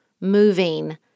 moving